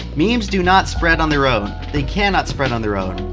memes do not spread on their own. they cannot spread on their own.